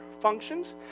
functions